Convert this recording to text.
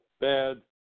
bad